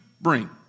bring